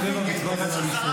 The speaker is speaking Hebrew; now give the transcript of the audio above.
לבריכת וינגייט.